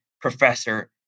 professor